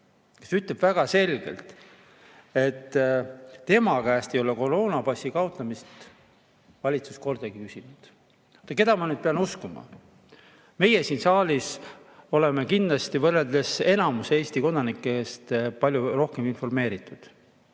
kes ütleb väga selgelt, et tema käest ei ole koroonapassi kaotamise kohta valitsus kordagi küsinud. Keda ma nüüd pean uskuma? Meie siin saalis oleme kindlasti võrreldes enamiku Eesti kodanikega palju rohkem informeeritud.